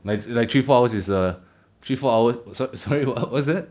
like like three four hours is err three four hour sor~ sorry wha~ what's that